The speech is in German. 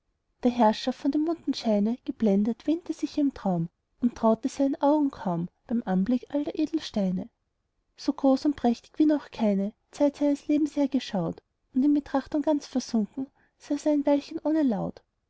der herrscher von dem bunten scheine geblendet wähnte sich im traum und traute seinen augen kaum beim anblick all der edelsteine so groß und prächtig wie noch keine zeit seines lebens er geschaut und in betrachtung ganz versunken saß er ein weilchen ohne laut